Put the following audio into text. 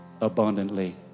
abundantly